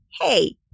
hey